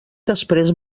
després